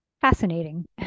fascinating